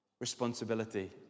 Responsibility